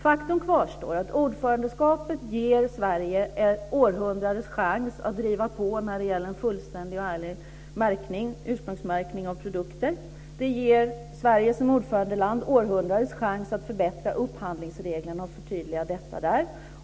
Faktum kvarstår att ordförandeskapet ger Sverige århundradets chans att driva på när det gäller en fullständig och ärlig ursprungsmärkning av produkter. Det ger Sverige som ordförandeland århundradets chans att förbättra upphandlingsreglerna och förtydliga detta.